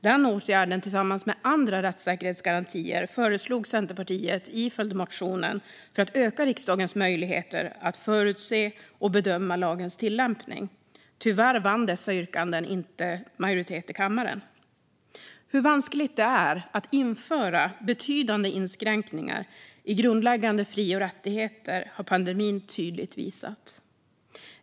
Den åtgärden tillsammans med andra rättssäkerhetsgarantier föreslog Centerpartiet i följdmotionen för att öka riksdagens möjligheter att förutse och bedöma lagens tillämpning. Tyvärr vann dessa yrkanden inte majoritet i kammaren. Hur vanskligt det är att införa betydande inskränkningar i grundläggande fri och rättigheter har pandemin tydligt visat.